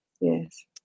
Yes